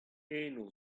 eno